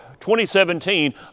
2017